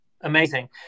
Amazing